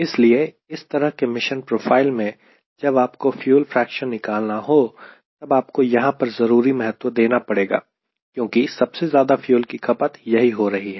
इसलिए इस तरह के मिशन प्रोफाइल में जब आपको फ्यूल फ्रेक्शन निकालना हो तब आपको यहां पर जरूरी महत्व देना पड़ेगा क्योंकि सबसे ज्यादा फ्यूल की खपत यही हो रही है